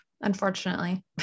unfortunately